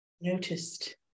noticed